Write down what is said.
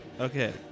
okay